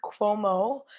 Cuomo